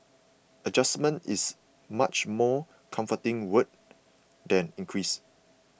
adjustment is a much more comforting word than increase